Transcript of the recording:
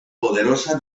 poderosa